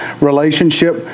relationship